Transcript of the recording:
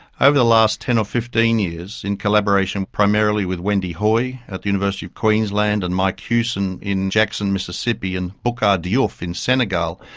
over the last ten or fifteen years, in collaboration primarily with wendy hoy at the university of queensland, and mike hughson in jackson mississippi, and boucar diouf in senegal,